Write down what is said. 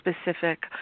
specific